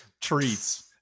treats